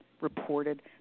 reported